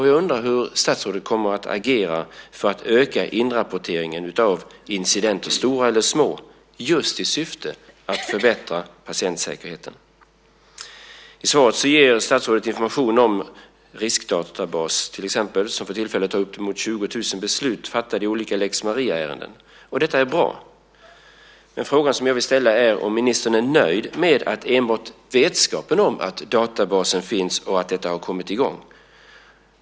Jag undrar hur statsrådet kommer att agera för att öka inrapporteringen av incidenter, stora eller små, just i syfte att förbättra patientsäkerheten. I svaret ger statsrådet information om en riskdatabas som för tillfället omfattar ungefär 20 000 beslut fattade i olika lex Maria-ärenden. Detta är bra. Men frågan som jag vill ställa är om ministern är nöjd med enbart vetskapen om att databasen finns och att detta har kommit i gång.